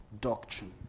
doctrine